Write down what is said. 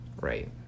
right